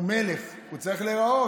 הוא מלך, הוא צריך להיראות.